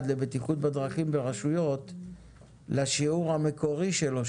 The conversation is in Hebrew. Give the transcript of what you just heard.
לבטיחות בדרכים ברשויות לשיעור המקורי שלו,